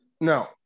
No